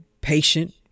patient